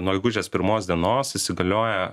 nuo gegužės pirmos dienos įsigalioja